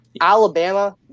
Alabama